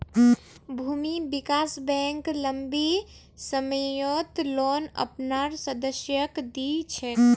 भूमि विकास बैंक लम्बी सम्ययोत लोन अपनार सदस्यक दी छेक